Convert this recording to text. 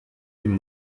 dem